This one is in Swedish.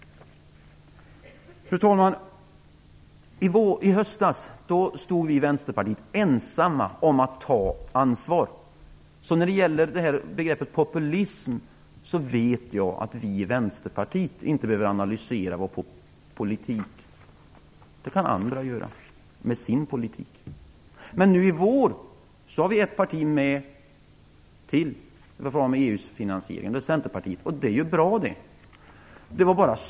Fru talman! I höstas stod vi i Vänsterpartiet ensamma om att ta ansvar. När det gäller begreppet populism vet jag att vi i Vänsterpartiet inte behöver analysera vår politik. Det kan andra göra med sin politik. Men nu i vår har vi ytterligare ett parti med oss i fråga om finansieringen av EU. Det är Centerpartiet. Det är bra.